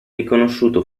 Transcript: riconosciuto